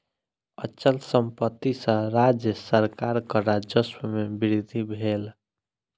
अचल संपत्ति सॅ राज्य सरकारक राजस्व में वृद्धि भेल